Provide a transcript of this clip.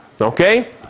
Okay